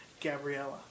Gabriella